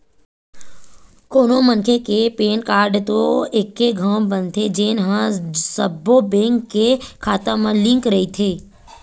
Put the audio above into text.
कोनो मनखे के पेन कारड तो एके घांव बनथे जेन ह सब्बो बेंक के खाता म लिंक रहिथे